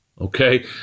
okay